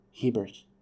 Hebert